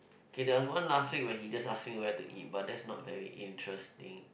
K there was one last week where he just ask me where to eat but that's not very interesting